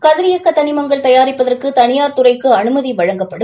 கதரியக்க தனிமங்கள் தயாரிப்பதற்கு தனியார் துறைக்கு அனுமதி வழங்கப்படும்